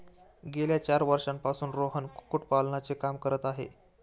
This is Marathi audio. गेल्या चार वर्षांपासून रोहन कुक्कुटपालनाचे काम करत आहे